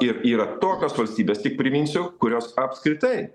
ir yra tokios valstybės tik priminsiu kurios apskritai